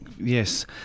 Yes